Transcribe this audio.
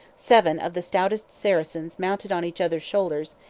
seven of the stoutest saracens mounted on each other's shoulders,